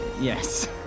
Yes